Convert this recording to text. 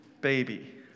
baby